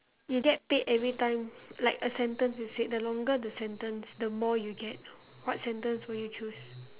you get paid every time like a sentence you said the longer the sentence the more you get what sentence would you choose